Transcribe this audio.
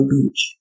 Beach